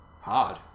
hard